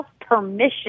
permission